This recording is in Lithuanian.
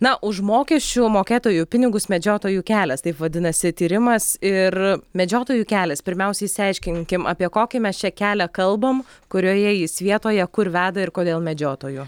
na už mokesčių mokėtojų pinigus medžiotojų kelias taip vadinasi tyrimas ir medžiotojų kelias pirmiausia išsiaiškinkim apie kokį mes čia kelią kalbam kurioje jis vietoje kur veda ir kodėl medžiotojų